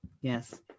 Yes